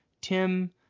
Tim